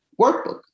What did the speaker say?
workbook